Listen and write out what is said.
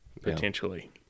potentially